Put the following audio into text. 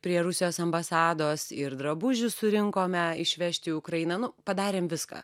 prie rusijos ambasados ir drabužių surinkome išvežti į ukrainą nu padarėm viską